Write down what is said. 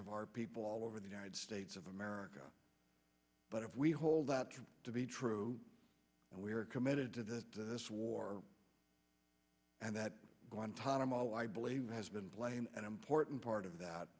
of our people all over the united states of america but if we hold that to be true and we are committed to that this war and that guantanamo i believe has been playing an important part of that